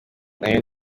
nayo